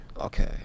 Okay